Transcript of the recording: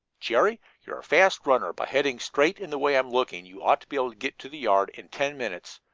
jerry, you're a fast runner. by heading straight in the way i'm looking you ought to be able to get to the yard in ten minutes.